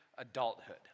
adulthood